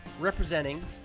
representing